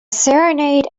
serenade